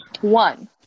One